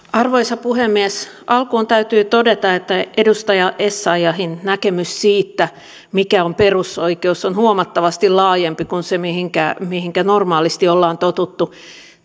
arvoisa puhemies alkuun täytyy todeta että edustaja essayahin näkemys siitä mikä on perusoikeus on huomattavasti laajempi kuin se mihinkä mihinkä normaalisti on totuttu